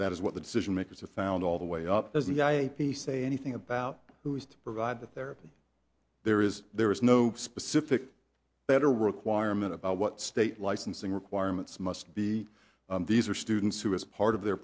is what the decision makers have found all the way up as the ip say anything about who is to provide the therapy there is there is no specific better requirement about what state licensing requirements must be these are students who as part of their